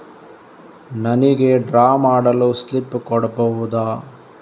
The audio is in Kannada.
ನನಿಗೆ ಡ್ರಾ ಮಾಡಲು ಸ್ಲಿಪ್ ಕೊಡ್ಬಹುದಾ?